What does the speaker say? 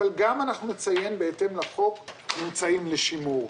אבל גם אנחנו נציין בהתאם לחוק ממצאים לשימור.